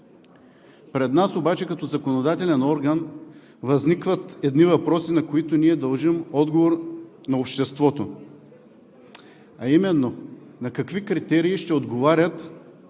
Пред нас обаче като законодателен орган възникват едни въпроси, на които ние дължим отговор на обществото, а именно: на какви критерии ще отговарят избраните